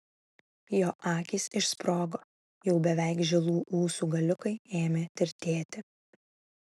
jo akys išsprogo jau beveik žilų ūsų galiukai ėmė tirtėti